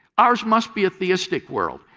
ours must be a theistic world.